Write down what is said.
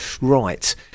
Right